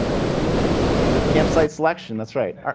yeah campsite selection. that's right.